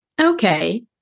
Okay